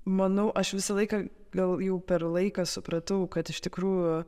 manau aš visą laiką gal jau per laiką supratau kad iš tikrųjų